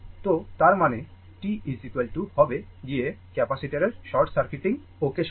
তো তার মানে t হবে গিয়ে ক্যাপাসিটরের শর্ট সার্কিটিং অ্যাকশনে